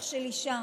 על רצח של אישה,